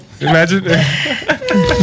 Imagine